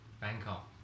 Bangkok